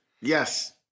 Yes